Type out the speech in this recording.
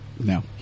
No